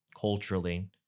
culturally